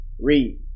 Read